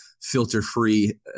filter-free